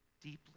deeply